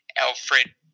Alfred